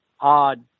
odd